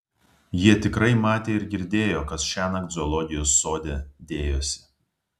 jie tikrai matė ir girdėjo kas šiąnakt zoologijos sode dėjosi